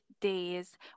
days